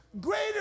Greater